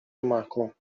ومحکوم